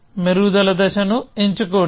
మెరుగుదల దశను ఎంచుకోండి